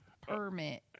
Permit